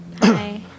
Hi